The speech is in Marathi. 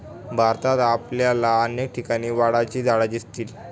भारतात आपल्याला अनेक ठिकाणी वडाची झाडं दिसतील